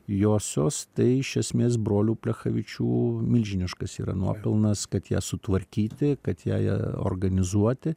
josios tai iš esmės brolių plechavičių milžiniškas yra nuopelnas kad ją sutvarkyti kad ją ją organizuoti